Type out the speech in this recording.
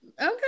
okay